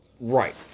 Right